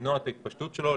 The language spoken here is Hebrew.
למנוע את ההתפשטות שלו,